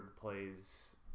plays